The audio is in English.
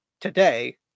today